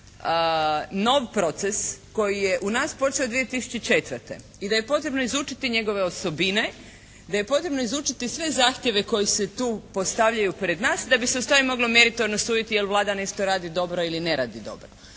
nov proces koji je u nas počeo 2004. I da je potrebno izučiti njegove osobine, da je potrebno izručiti sve zahtjeve koji se tu postavljaju pred nas da bi se ustvari moglo meritorno suditi jer Vlada nešto radi dobro ili ne radi dobro.